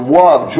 love